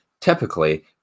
typically